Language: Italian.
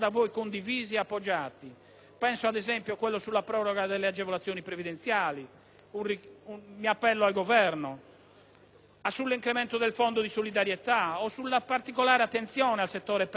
Penso, ad esempio, a quello sulla proroga delle agevolazioni previdenziali (per la quale mi appello al Governo), sull'incremento del Fondo di solidarietà o sulla particolare attenzione al settore pesca, giusto per citarne